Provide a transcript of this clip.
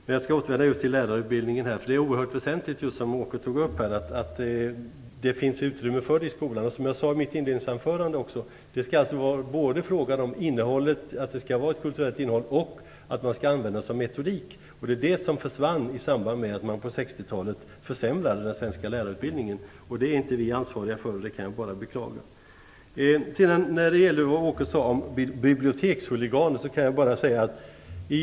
Fru talman! Jag skall ändå ta upp lärarutbildningen. Som Åke Gustavsson sade, är det oerhört väsentligt att det finns utrymme för kultur i skolan. Som jag sade i mitt inledningsanförande, är det alltså fråga om att det skall vara ett kulturellt innehåll och användas som en sådan metodik. Det var det som försvann på 60-talet när man försämrade den svenska lärarutbildningen. Det kan jag bara beklaga. Det var inte vi ansvariga för.